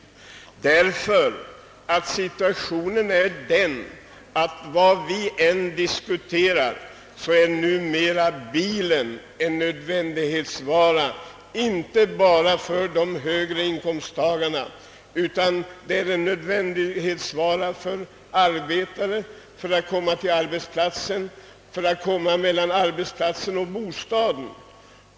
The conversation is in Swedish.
Situationen är nämligen den att hur vi än diskuterar är numera bilen en nödvändighetsvara, inte bara för de högre inkomsttagarna, utan även för arbetare när det gäller att komma mellan arbetsplatsen och bostaden.